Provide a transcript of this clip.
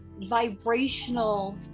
vibrational